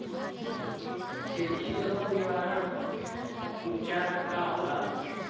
खेती के रोग निवारण उपचार का होला?